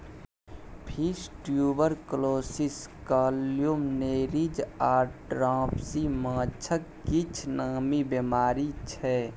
fish tuberculosis, columnaris आ dropsy माछक किछ नामी बेमारी छै